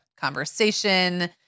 conversation